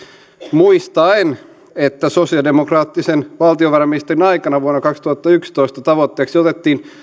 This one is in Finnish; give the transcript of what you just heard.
muistaen että sosialidemokraattisen valtiovarainministerin aikana vuonna kaksituhattayksitoista tavoitteeksi otettiin